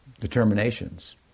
determinations